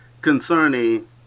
concerning